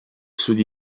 sud